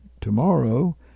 tomorrow